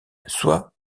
soit